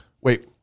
Wait